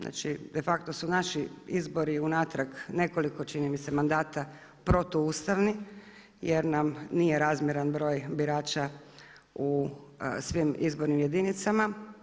Znači de facto su naši izbori unatrag nekoliko čini mi se mandata protuustavni jer nam nije razmjeran broj birača u svim izbornim jedinicama.